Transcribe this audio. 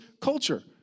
culture